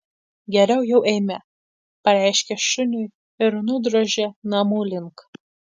geriau jau eime pareiškė šuniui ir nudrožė namų link